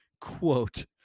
Quote